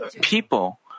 people